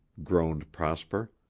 groaned prosper.